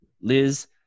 Liz